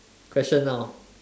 question now